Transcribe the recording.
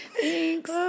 Thanks